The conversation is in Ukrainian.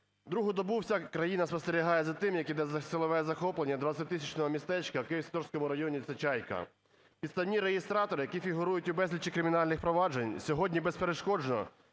Другу добу вся країна спостерігає за тим, як іде силове захоплення 20-тисячного містечка в Києво-Святошинському районі, це Чайка. Підставні реєстратори, які фігурують у безлічі кримінальних проваджень, сьогодні безперешкодно